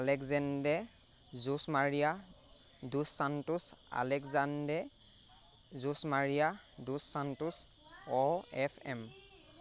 Alexandre Jose Maria dos Santos Alexandre Jose Maria dos Santos O F M